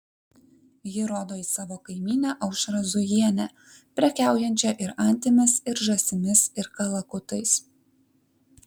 ji rodo į savo kaimynę aušrą zujienę prekiaujančią ir antimis ir žąsimis ir kalakutais